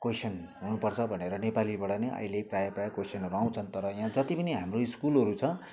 question हुनुपर्छ भनेर नेपालीबाट नै अहिले प्रायः प्रायः कोइसनहरू आउँछन् तर यहाँ चाहिँ जति पनि हाम्रो स्कुलहरू छ